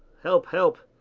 help, help!